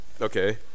Okay